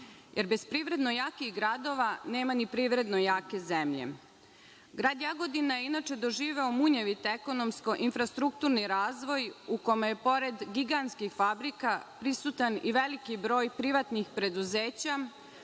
jer bez privredno jakih gradova nema ni privredno jake zemlje. Grad Jagodina je inače doživeo munjevit ekonomsko-infrastrukturni razvoj u kome je pored gigantskih fabrika prisutan i veliki broj privatnih preduzeća,